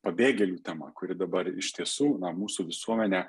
pabėgėlių tema kuri dabar iš tiesų mūsų visuomenej